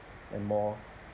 and more